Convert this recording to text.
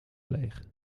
leeg